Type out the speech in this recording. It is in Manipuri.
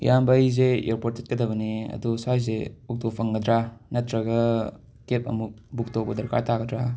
ꯏꯌꯥꯝꯕ ꯑꯩꯁꯦ ꯑꯦꯔꯄꯣꯠ ꯆꯠꯀꯗꯕꯅꯦ ꯑꯗꯣ ꯁ꯭ꯋꯥꯏꯁꯦ ꯑꯣꯛꯇꯣ ꯐꯪꯒꯗ꯭ꯔꯥ ꯅꯇ꯭ꯔꯒ ꯀꯦꯞ ꯑꯃꯨꯛ ꯕꯨꯛ ꯇꯧꯕ ꯗꯔꯀꯥꯔ ꯇꯥꯒꯗ꯭ꯔꯥ